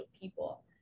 people